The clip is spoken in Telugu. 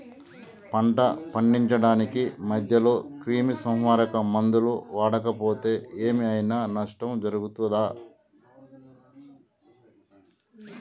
పంట పండించడానికి మధ్యలో క్రిమిసంహరక మందులు వాడకపోతే ఏం ఐనా నష్టం జరుగుతదా?